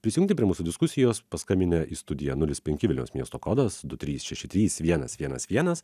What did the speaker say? prisijungti prie mūsų diskusijos paskambinę į studiją nulis penki vilniaus miesto kodas du trys šeši trys vienas vienas vienas